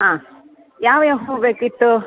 ಹಾಂ ಯಾವ ಯಾವ ಹೂ ಬೇಕಿತ್ತು